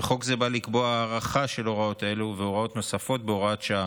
וחוק זה בא לקבוע הארכה של הוראות אלה והוראות נוספות בהוראות שעה.